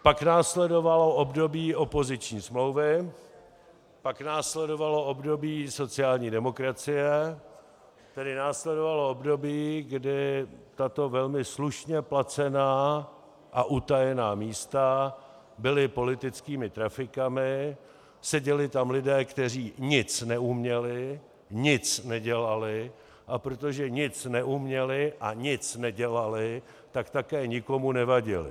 Pak následovalo období opoziční smlouvy, pak následovalo období sociální demokracie, tedy následovalo období, kdy tato velmi slušně placená a utajená místa byla politickými trafikami, seděli tam lidé, kteří nic neuměli, nic nedělali, a protože nic neuměli a nic nedělali, tak také nikomu nevadili.